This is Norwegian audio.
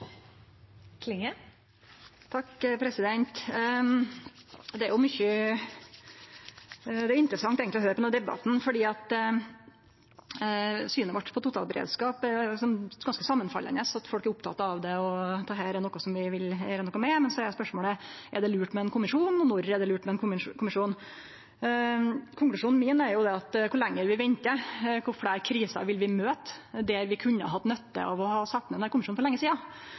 interessant å høyre på debatten, for synet vårt på totalberedskap er ganske samanfallande. Folk er opptekne av det, og dette er noko vi vil gjere noko med. Så er spørsmålet: Er det lurt med ein kommisjon, og når er det lurt med ein kommisjon? Konklusjonen min, om kor lenge vi ventar, er: Kor mange kriser vil vi møte der vi kunne hatt nytte av å ha sett ned ein kommisjon for lenge sidan?